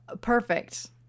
Perfect